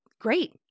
great